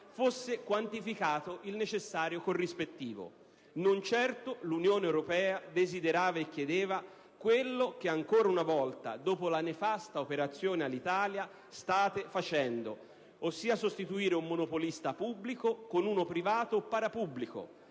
fosse quantificato il necessario corrispettivo. Non certo l'Unione europea desiderava e chiedeva quello che ancora una volta, dopo la nefasta operazione Alitalia, state facendo, ossia sostituire un monopolista pubblico con uno privato o parapubblico,